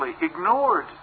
ignored